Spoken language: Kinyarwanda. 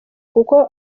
kuko